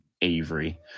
Avery